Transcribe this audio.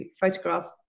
photograph